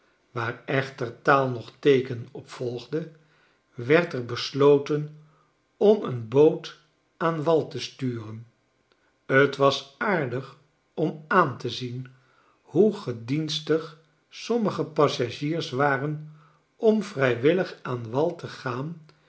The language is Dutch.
waar echter taal noch teeken op volgde werd er besloten om een boot aan wal te sturen t was aardig om aan te zien hoe gedienstig sommige passagiers waren om vrijwillig aan wal tegaan